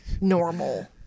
normal